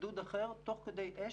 בגדוד אחר תוך כדי אש.